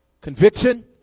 conviction